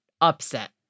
upset